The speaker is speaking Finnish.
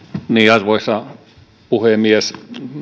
arvoisa puhemies